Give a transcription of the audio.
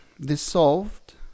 dissolved